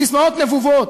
ססמאות נבובות,